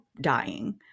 dying